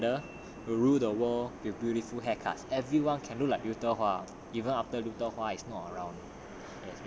ya and then together we will rule the world with beautiful haircuts everyone can do like 刘德华 even after 刘德华 is not around